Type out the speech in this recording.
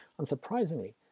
unsurprisingly